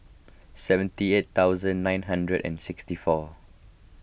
seventy eight thousand nine hundred and sixty four